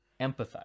empathize